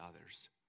others